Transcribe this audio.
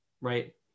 Right